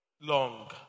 long